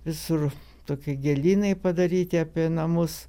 visur tokie gėlynai padaryti apie namus